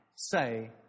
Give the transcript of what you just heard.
say